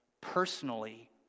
personally